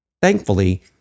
Thankfully